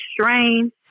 strange